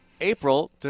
April